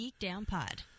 geekdownpod